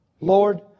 Lord